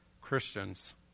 Christians